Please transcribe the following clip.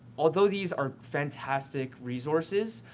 although these are fantastic resources,